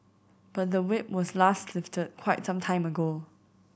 but the Whip was last lifted quite some time ago